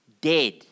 dead